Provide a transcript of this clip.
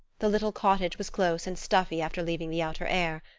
the little cottage was close and stuffy after leaving the outer air.